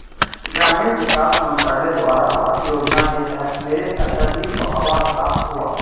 ग्रामीण विकास मंत्रालय द्वारा आवास योजना के तहत मेरे चाचाजी को आवास प्राप्त हुआ